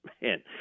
man